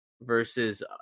versus